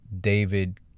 David